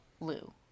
Lou